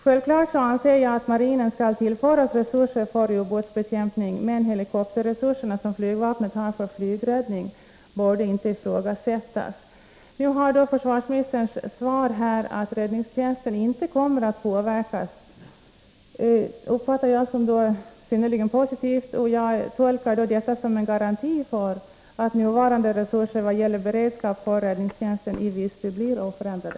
Självklart anser jag att marinen skall tillföras resurser för ubåtsbekämpning, men helikopterresurserna som flygvapnet har för flygräddning borde inte ifrågasättas. Försvarsministerns svar, att räddningstjänsten inte kommer att påverkas, ser jag som synnerligen positivt. Jag tolkar detta som en garanti för att nuvarande resurser vad gäller beredskap för räddningstjänsten i Visby blir oförändrade.